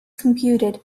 computed